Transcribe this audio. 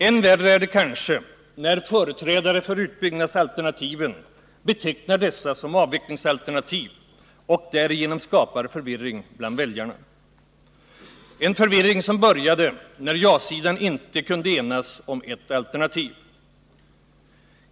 Än värre är det kanske, när företrädare för utbyggnadsalternativen betecknar dessa som avvecklingsalternativ och därigenom skapar förvirring bland väljarna, en förvirring som började när ja-sidan inte kunde enas om ett alternativ.